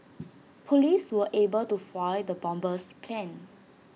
Police were able to foil the bomber's plans